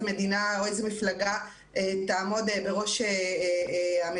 מדינה או איזה מפלגה תעמוד בראש המדינה,